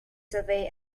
survey